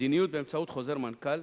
מדיניות באמצעות חוזר מנכ"ל